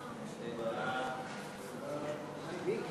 ההצעה